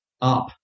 up